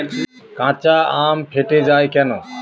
কাঁচা আম ফেটে য়ায় কেন?